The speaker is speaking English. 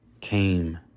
came